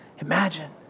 Imagine